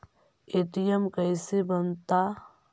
ATM कैसे बनता?